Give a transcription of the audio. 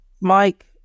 Mike